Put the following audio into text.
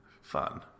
Fun